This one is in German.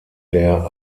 der